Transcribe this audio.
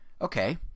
Okay